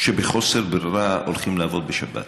שבחוסר ברירה הולכים לעבוד בשבת.